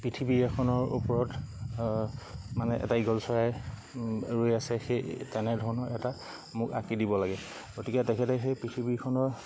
পৃথিৱীখনৰ ওপৰত মানে এটা ঈগল চৰাই ৰৈ আছে সেই তেনেধৰণৰ এটা মোক আঁকি দিব লাগে গতিকে তেখেতে সেই পৃথিৱীখনৰ